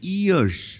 ears